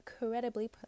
incredibly